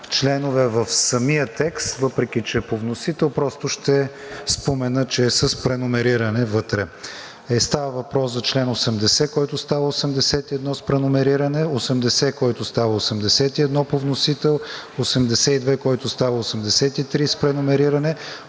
членове в самия текст, въпреки че е по вносител, просто ще спомена, че е с преномериране вътре. Става въпрос за чл. 80, който става чл. 81 с преномериране; чл. 80, който става чл. 81 по вносител; чл. 82, който става чл. 83 с преномериране;